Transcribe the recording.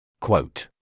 Quote